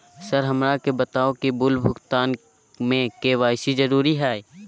Sir हमरा के बताओ कि बिल भुगतान में के.वाई.सी जरूरी हाई?